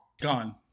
gone